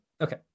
okay